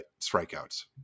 strikeouts